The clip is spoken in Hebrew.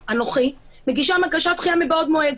אני, אנוכי מגישה בקשת דחייה מבעוד מועד.